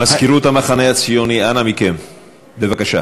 מזכירות המחנה הציוני, אנא מכם, בבקשה.